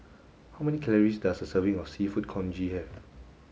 how many calories does a serving of seafood congee have